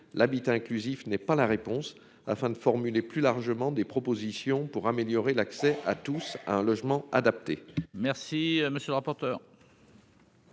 l'habitat inclusif n'est pas la réponse afin de formuler plus largement des propositions pour améliorer l'accès à tous à un logement adapté. Merci, monsieur le rapporteur.